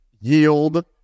yield